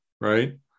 right